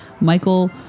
Michael